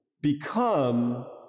become